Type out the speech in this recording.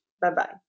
Bye-bye